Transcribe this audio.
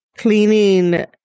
Cleaning